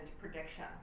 prediction